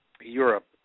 Europe